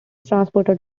transported